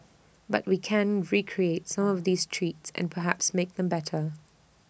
but we can recreate some of these treats and perhaps make them better